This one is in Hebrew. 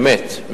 באמת,